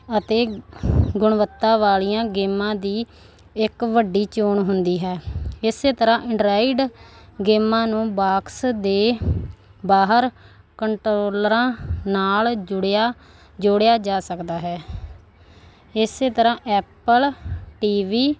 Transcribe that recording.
ਅਤੇ ਗੁਣਵੱਤਾ ਵਾਲੀਆਂ ਗੇਮਾਂ ਦੀ ਇੱਕ ਵੱਡੀ ਚੋਣ ਹੁੰਦੀ ਹੈ ਇਸ ਤਰ੍ਹਾਂ ਐਂਡਰਾਇਡ ਗੇਮਾਂ ਨੂੰ ਬਾਕਸ ਦੇ ਬਾਹਰ ਕੰਟਰੋਲਰਾਂ ਨਾਲ ਜੋੜਿਆ ਜੋੜਿਆ ਜਾ ਸਕਦਾ ਹੈ ਇਸ ਤਰ੍ਹਾਂ ਐਪਲ ਟੀ ਵੀ